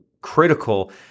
critical